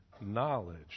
knowledge